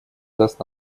даст